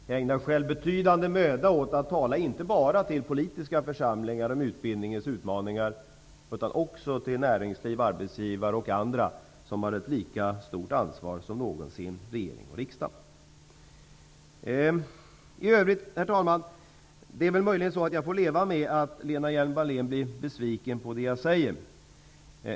Jag ägnar själv betydande möda åt att tala inte bara till politiska församlingar om utbildningens utmaningar utan också till näringsliv, arbetsgivare och andra som har ett lika stort ansvar som någonsin regering och riksdag. I övrigt, herr talman, är det möjligen så att jag får leva med att Lena Hjelm-Wallén blir besviken på det jag säger.